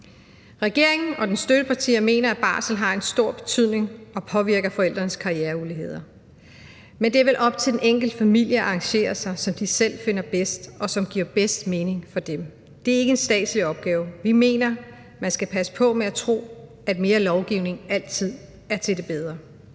Regeringen og dens støttepartier mener, at barsel har en stor betydning og påvirker forældrenes karriereuligheder. Men det er vel op til den enkelte familie at arrangere sig, som de selv finder bedst, og som det giver bedst mening for dem. Det er ikke en statslig opgave. Vi mener, man skal passe på med at tro, at mere lovgivning altid er til det bedre.